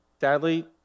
Sadly